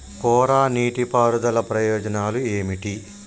కోరా నీటి పారుదల ప్రయోజనాలు ఏమిటి?